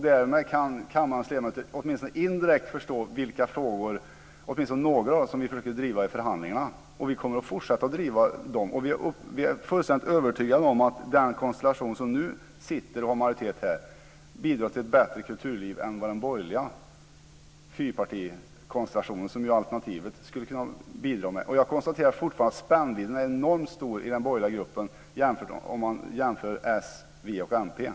Därmed kan kammarens ledamöter åtminstone indirekt förstå vilka frågor, i alla fall några av dem, som vi försökte driva i förhandlingarna. Och vi kommer att fortsätta att driva dem. Vi är fullständigt övertygade om att den konstellation som nu har majoritet bidrar till ett bättre kulturliv än den borgerliga fyrpartikonstellationen, som ju alternativet skulle vara, skulle kunna bidra med. Jag konstaterar fortfarande att spännvidden är enormt stor i den borgerliga gruppen om man jämför med Socialdemokraterna, Vänsterpartiet och Miljöpartiet.